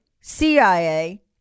CIA